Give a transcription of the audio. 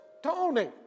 Tony